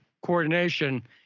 coordination